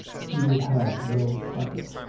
he would have no carpet.